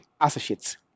Associates